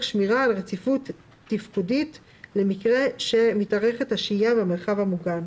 שמירה על רציפות תפקודית למקרה שמתארכת השהייה במרחב המוגן,